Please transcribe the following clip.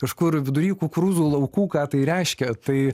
kažkur vidury kukurūzų laukų ką tai reiškia tai